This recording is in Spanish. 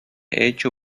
hecho